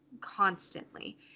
constantly